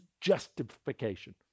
justification